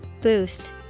Boost